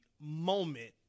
moment